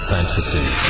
Fantasy